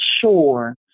sure